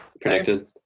predicted